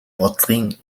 бодлогын